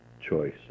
choice